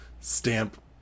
stamp